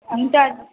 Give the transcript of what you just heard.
আমি তো আজ